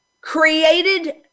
created